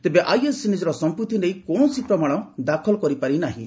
ତେବେ ଆଇଏସ୍ ନିଜର ସମ୍ପୁକ୍ତି ନେଇ କୌଣସି ପ୍ରମାଣ ଦାଖଲ କରିପାରିନାହିଁ